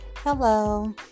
Hello